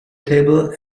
table